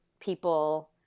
people –